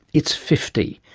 it's fifty,